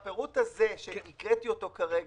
מה עם הפירוט ששאול אמר?